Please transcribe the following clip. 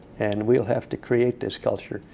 and we'll have to create this culture.